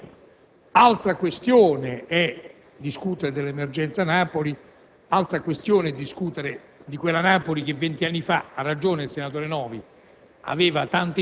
che altro è discutere dell'emergenza Napoli, altro è discutere di quella Napoli che, vent'anni fa (ha ragione il senatore Novi),